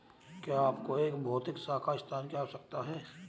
क्या आपको एक भौतिक शाखा स्थान की आवश्यकता है?